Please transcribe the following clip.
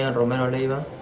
and romero leyva